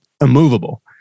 immovable